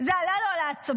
זה עלה לו על העצבים.